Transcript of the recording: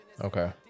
okay